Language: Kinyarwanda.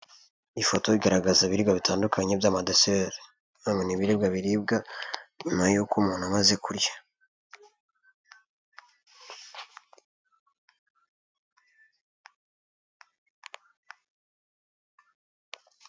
Ifoto igaragaza ibiribwa bitandukanye by'amadeseri, ni ukuvuga ngo ni ibibiribwa biribwa nyuma y'uko umuntu amaze kurya.